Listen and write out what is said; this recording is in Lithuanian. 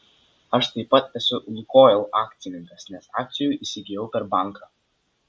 aš taip pat esu lukoil akcininkas nes akcijų įsigijau per banką